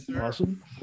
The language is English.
Awesome